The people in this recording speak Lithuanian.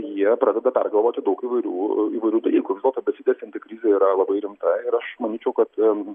jie pradeda pergalvoti daug įvairių įvairių dalykų vis dėlto besitęsianti krizė yra labai rimta ir aš manyčiau kad